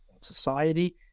society